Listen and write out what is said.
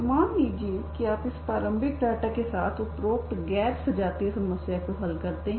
तो मान लीजिए कि आप इस प्रारंभिक डेटा के साथ उपरोक्त गैर सजातीय समस्या को हल करते हैं